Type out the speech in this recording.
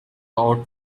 out